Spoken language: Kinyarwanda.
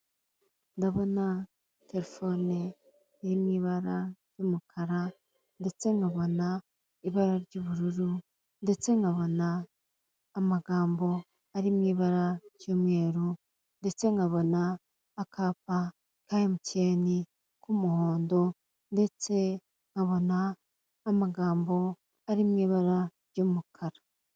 Ndabona terefone iri m'ibara ry'umukara, ndetse nkabona ibara ry'ubururu, ndetse nkabona amagambo ari mu ibara ry'umweru, ndetse nkabona akapa emutiyeni k'umuhondo, ndetse nkabona n'amagambo ari mu ibara ry'umukara.